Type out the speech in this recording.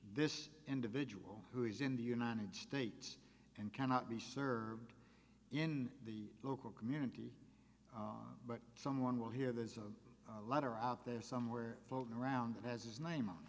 this individual who is in the united states and cannot be served in the local community but someone will hear there's a letter out there somewhere floating around that has his name